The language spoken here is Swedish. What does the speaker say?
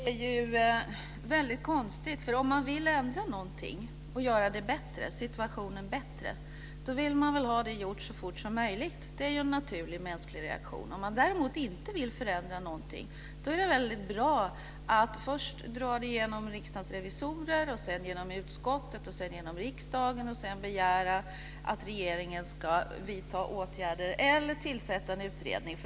Fru talman! Detta är väldigt konstigt. Om man vill ändra någonting och göra situationen bättre, vill man väl ha det gjort så fort som möjligt. Det är en naturlig mänsklig reaktion. Om man däremot inte vill förändra någonting, är det bra att först dra det genom Riksdagens revisorer, sedan genom utskottet, sedan genom riksdagen, sedan begära att regeringen ska vidta åtgärder eller tillsätta en utredning.